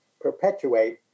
perpetuate